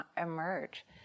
emerge